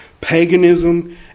paganism